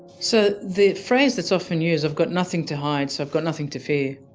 so the phrase that's often used, i've got nothing to hide, so i've got nothing to fear,